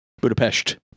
Budapest